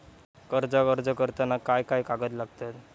कर्जाक अर्ज करताना काय काय कागद लागतत?